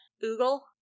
Google